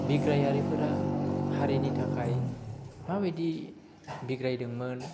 बिग्रायारिफोरा हारिनि थाखाय माबायदि बिग्रायदोंमोन